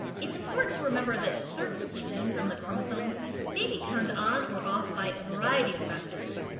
it's important to remember that certain genes on the chromosome may be turned on or off by a variety of factors.